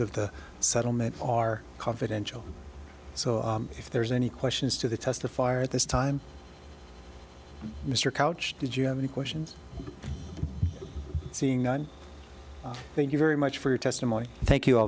of the settlement are confidential so if there is any questions to the testifier at this time mr couch did you have any questions seeing on thank you very much for your testimony thank you